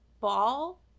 ball